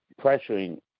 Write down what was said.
pressuring